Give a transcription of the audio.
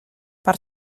per